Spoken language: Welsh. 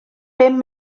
bum